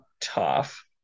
tough